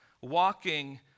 walking